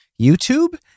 YouTube